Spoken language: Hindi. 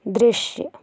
दृश्य